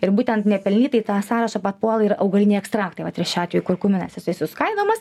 ir būtent nepelnytai į tą sąrašą papuola ir augaliniai ekstraktai vat ir šiuo atveju kurkuminas jisai suskaidomas